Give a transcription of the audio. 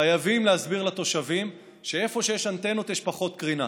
חייבים להסביר לתושבים שאיפה שיש אנטנות יש פחות קרינה,